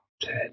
Ted